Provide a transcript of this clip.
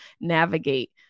navigate